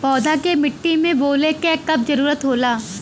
पौधा के मिट्टी में बोवले क कब जरूरत होला